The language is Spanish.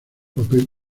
papel